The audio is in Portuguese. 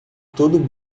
todo